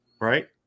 right